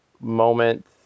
moment